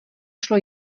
šlo